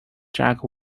jack